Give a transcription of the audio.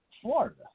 Florida